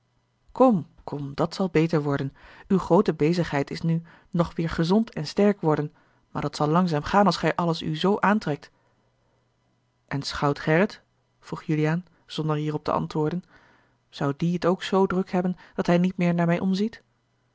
om kom kom dat zal beter worden uwe groote bezigheid is nu nog weêr gezond en sterk worden maar dat zal langzaam gaan als gij alles u zoo aantrekt en schout gerrit vroeg juliaan zonder hierop te antwoorden zou die t ook zoo druk hebben dat hij niet meer naar mij omziet